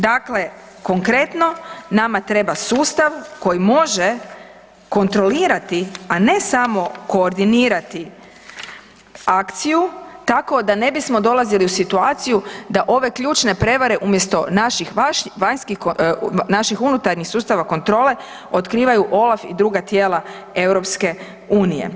Dakle, konkretno, nama treba sustav koji može kontrolirati, a ne samo koordinirati akciju tako da ne bismo dolazili u situaciju da ove ključne prevare umjesto naših unutarnjih sustava kontrole otkrivaju Olaf i druga tijela EU.